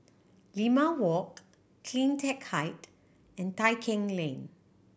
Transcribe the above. Limau Walk Cleantech Height and Tai Keng Lane